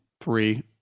three